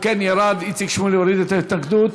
ירד, איציק שמולי הוריד את ההתנגדות.